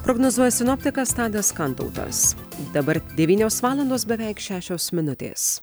prognozuoja sinoptikas tadas kantautas dabar devynios valandos beveik šešios minutės